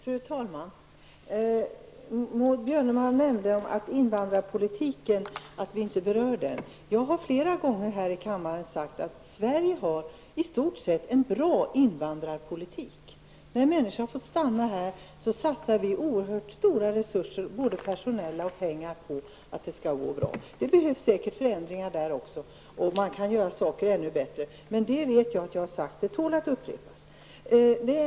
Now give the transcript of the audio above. Fru talman! Maud Björnemalm nämnde att vi inte har berört frågan om invandrarpolitiken. Jag har flera gånger i denna kammare sagt att Sverige i stort sett för en bra invandrarpolitik. Vi satsar oerhört stora resurser, både personella och penningmässiga, för att det skall gå bra för de flyktingar som får stanna här. Det behövs säkert förändringar också på det området, och saker och ting kan göras bättre. Det har jag också sagt flera gånger, men det tål att upprepas.